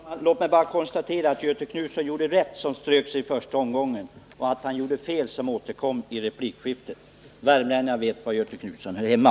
Herr talman! Låt mig bara konstatera att Göthe Knutson gjorde rätt som strök sig på talarlistan men att han gjorde fel när han återkom i replikskiftet. Värmlänningar vet var Göthe Knutson hör hemma.